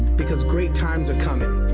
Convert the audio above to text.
because great times are coming.